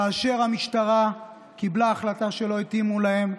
כאשר המשטרה קיבלה החלטה שלא התאימה להם,